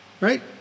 Right